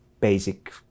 Basic